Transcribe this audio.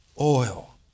oil